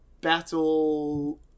battle